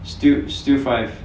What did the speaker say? still still five